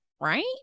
right